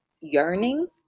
yearning